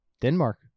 Denmark